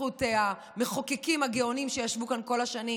בזכות המחוקקים הגאונים שישבו כאן כל השנים,